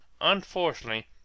unfortunately